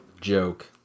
Joke